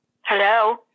Hello